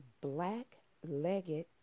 black-legged